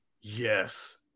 Yes